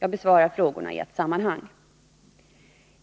Jag besvarar frågorna i ett sammanhang.